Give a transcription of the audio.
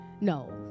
No